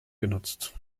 genutzt